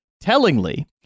Tellingly